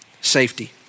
safety